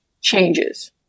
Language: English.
changes